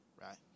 right